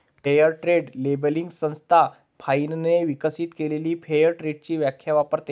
fair trade labelling संस्था फाइनने विकसित केलेली फेअर ट्रेडची व्याख्या वापरते